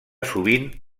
sovint